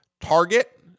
target